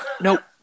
Nope